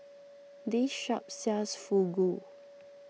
this shop sells Fugu